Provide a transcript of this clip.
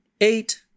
eight